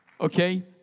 Okay